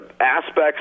aspects